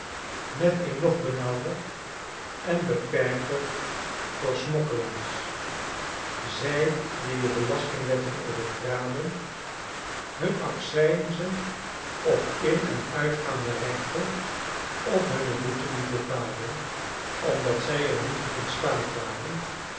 met een nog benauwder en beperkter voor smokkelaars zij die de belastingwetten overtraden hun accijnzen of in en uitgaande rechten of hunne boeten niet betaalden omdat zij er niet toe in staat waren